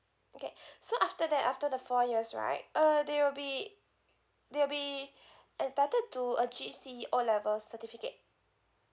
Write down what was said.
okay so after that after the four years right uh they'll be they'll be entitled to a G_C_E O level certificate